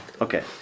Okay